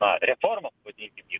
na reformą pavadinkim jį